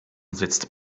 sitzt